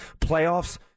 playoffs